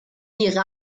die